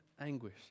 anguish